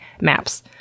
maps